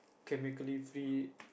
chemically free